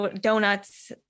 donuts